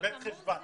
ב' חשוון.